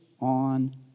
on